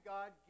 God